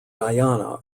guyana